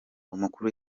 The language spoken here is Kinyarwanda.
umukuru